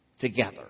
together